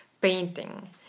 painting